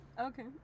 Okay